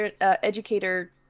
educator